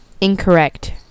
Incorrect